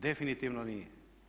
Definitivno nije.